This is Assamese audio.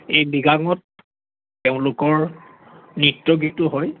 এই লৃগাঙত তেওঁলোকৰ নৃত্য গীতো হয়